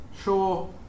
Sure